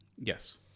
Yes